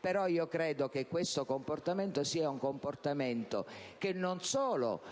Credo però che questo comportamento tradisca non solo